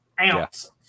ounce